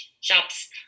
shops